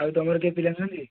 ଆଉ ତମର କେହି ପିଲା ନାହାନ୍ତି